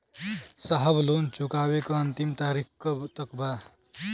साहब लोन चुकावे क अंतिम तारीख कब तक बा?